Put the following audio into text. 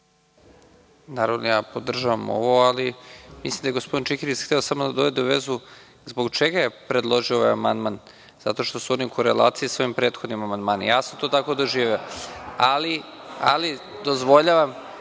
Naravno, podržavam ovo, ali mislim da je gospodin Čikiriz hteo samo da dovede u vezu zbog čega je predložio ovaj amandman zato što je on u korelaciji sa ovim prethodnim amandmanom. To sam tako doživeo, ali dozvoljavam